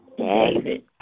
David